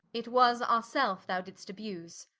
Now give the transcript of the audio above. it was our selfe thou didst abuse